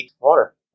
water